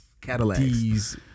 Cadillacs